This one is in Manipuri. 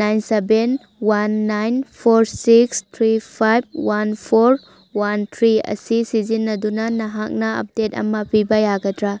nine seven one nine four six three five one four one three ꯑꯁꯤ ꯁꯤꯖꯤꯟꯅꯗꯨꯅ ꯅꯍꯥꯛꯅ ꯑꯞꯗꯦꯠ ꯑꯃ ꯄꯤꯕ ꯌꯥꯒꯗ꯭ꯔꯥ